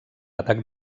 atac